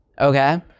Okay